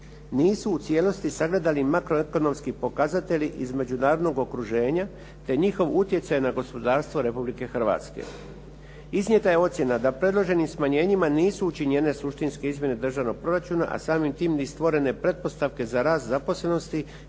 nisu u cijelosti sagledali makroekonomski pokazatelji između danog okruženja te njihov utjecaj na gospodarstvo Republike Hrvatske. Iznijeta je ocjena da predloženim smanjenjima nisu učinjene suštinske izmjene državnog proračuna, a samim tim ni stvorene pretpostavke za rast zaposlenosti